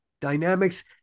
dynamics